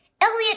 Elliot